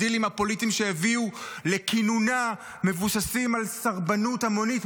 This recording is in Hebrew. הדילים הפוליטיים שהביאו לכינונה מבוססים על סרבנות המונית,